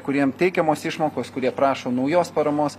kuriem teikiamos išmokos kurie prašo naujos paramos